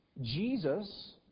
Jesus